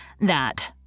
That